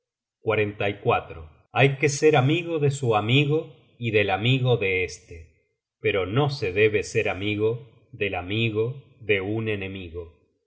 search generated at hay que ser amigo de su amigo y del amigo de este pero no se debe ser amigo del amigo de un enemigo